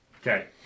Okay